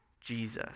Jesus